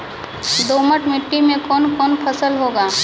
दोमट मिट्टी मे कौन कौन फसल होगा?